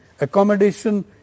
accommodation